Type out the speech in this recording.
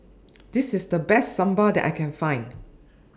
This IS The Best Sambal that I Can Find